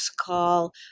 call